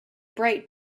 bright